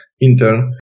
intern